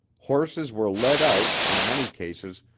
horses were led out, in many cases,